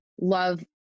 love